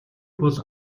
бол